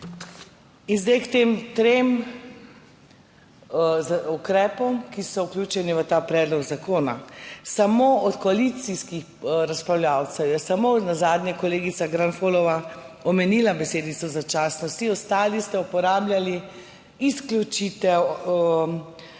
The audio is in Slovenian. In zdaj k trem ukrepom, ki so vključeni v ta predlog zakona. Od koalicijskih razpravljavcev je samo nazadnje kolegica Granfolova omenila besedico začasno, vsi ostali ste uporabljali: izključitev,